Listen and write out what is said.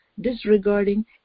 disregarding